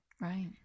Right